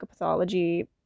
psychopathology